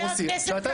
חבר הכנסת